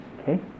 Okay